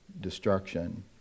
destruction